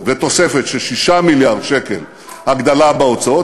ותוספת של 6 מיליארד שקלים הגדלה בהוצאות,